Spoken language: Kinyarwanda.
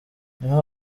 niho